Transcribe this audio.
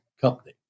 company